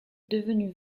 devenue